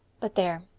but there.